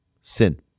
Sin